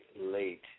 Late